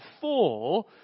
four